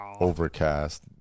overcast